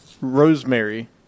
Rosemary